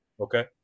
Okay